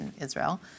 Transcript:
Israel